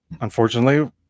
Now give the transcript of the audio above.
unfortunately